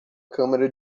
câmera